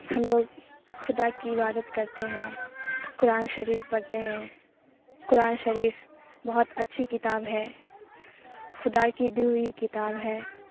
ہم لوگ خدا کی عبادت کرتے ہیں قرآن شریف پڑھتے ہیں قرآن شریف بہت اچھی کتاب ہے خدا کی دیوئی کتاب ہے